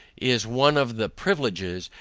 is one of the privileges,